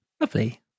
lovely